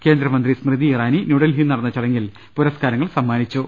കേന്ദ്രമന്ത്രി സ്മൃതി ഇറാനി ന്യൂഡൽഹിയിൽ നടന്ന ചടങ്ങിൽ പുരസ്കാരങ്ങൾ സമ്മാനിച്ചു